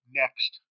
next